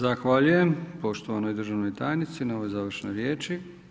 Zahvaljujem poštovanoj državnoj tajnici na ovoj završnoj riječi.